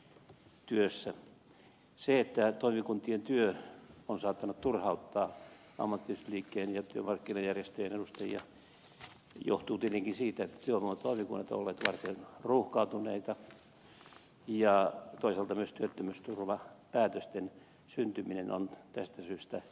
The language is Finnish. se että toimikuntien työ on saattanut turhauttaa ammattiyhdistysliikkeen ja työmarkkinajärjestöjen edustajia johtuu tietenkin siitä että työvoimatoimikunnat ovat olleet varsin ruuhkautuneita ja toisaalta myös työttömyysturvapäätösten syntyminen on tästä syystä viivästynyt